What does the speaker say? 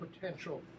potential